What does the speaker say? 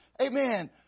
Amen